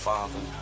Father